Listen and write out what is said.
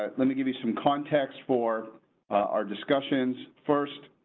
ah let me give you some context for our discussions first,